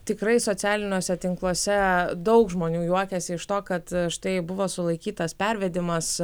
tikrai socialiniuose tinkluose daug žmonių juokiasi iš to kad štai buvo sulaikytas pervedimas